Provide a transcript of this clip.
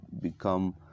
become